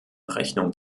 rechnung